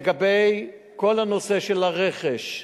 לגבי כל הנושא של הרכש,